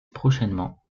prochainement